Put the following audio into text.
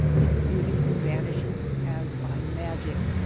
its beauty vanishes as by magic.